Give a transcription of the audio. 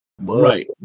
Right